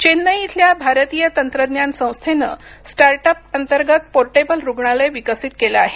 चेन्नई इथल्या भारतीय तंत्रज्ञान संस्थेनं स्टार्टअप अंतर्गत पोर्टेबल रुग्णालय विकसित केलं आहे